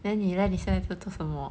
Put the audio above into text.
then 你 leh 你现在在做什么